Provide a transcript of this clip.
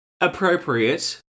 appropriate